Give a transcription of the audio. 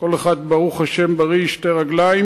כל אחד, ברוך השם, בריא, שתי רגליים,